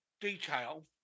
detail